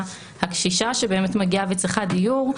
הקשישה שבאמת מגיעה וצריכה דיור.